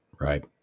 Right